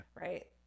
right